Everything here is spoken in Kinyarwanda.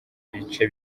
bice